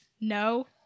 No